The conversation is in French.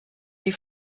des